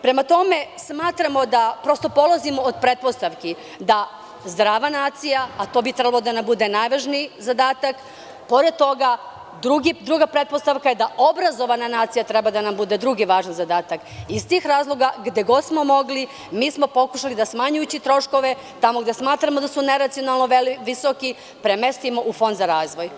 Prema tome, prosto polazimo od pretpostavki da zdrava nacija, a to bi trebalo da nam bude najvažniji zadata, pored toga druga pretpostavka je da obrazovana nacija treba da nam bude drugi važan zadatak i iz tih razloga, gde god smo mogli, mi smo pokušali da, smanjujući troškovi tamo gde smatramo da su neracionalno visoki, premestimo u Fond za razvoj.